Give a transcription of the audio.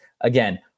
again